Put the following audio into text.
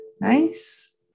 Nice